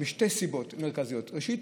משתי סיבות מרכזיות: ראשית,